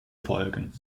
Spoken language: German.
folgen